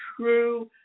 true